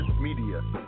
Media